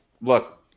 look